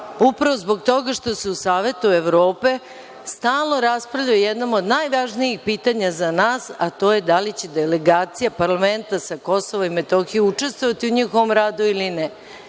upravo zbog toga što se u Savetu Evrope stalno raspravlja o jednom od najvažnijih pitanja za nas, a to je da li će delegacija parlamenta sa Kosova i Metohije učestvovati u njihovom radu ili ne. Mi